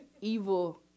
evil